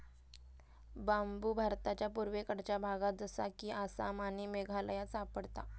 बांबु भारताच्या पुर्वेकडच्या भागात जसा कि आसाम आणि मेघालयात सापडता